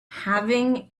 having